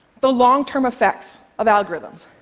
the long-term effects of algorithms,